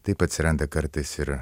taip atsiranda kartais ir